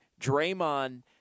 Draymond